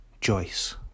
Joyce